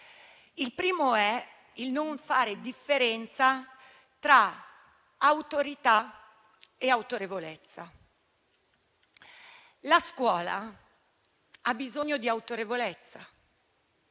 Il primo è il non fare differenza tra autorità e autorevolezza. La scuola e i nostri ragazzi